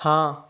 हाँ